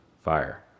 fire